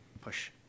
push